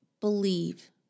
believe